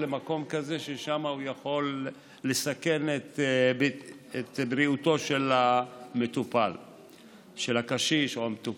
למקום כזה ששם הוא יכול לסכן את בריאותו של הקשיש או המטופל.